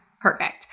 Perfect